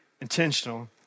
intentional